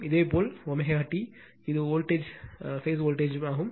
இது இதேபோல் ω t இது வோல்ட்டேஜ் பேஸ் வோல்ட்டேஜ்மாகும்